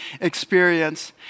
experience